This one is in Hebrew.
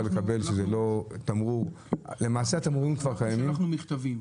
למעשה, התמרורים כבר קיימים?